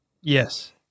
Yes